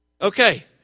Okay